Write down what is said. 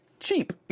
cheap